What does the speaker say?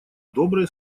добрые